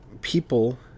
people